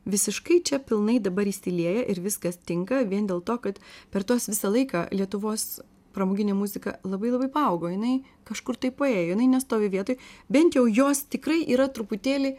visiškai čia pilnai dabar įsilieja ir viskas tinka vien dėl to kad per tuos visą laiką lietuvos pramoginė muzika labai labai paaugo jinai kažkur tai paėjo jinai nestovi vietoj bent jau jos tikrai yra truputėlį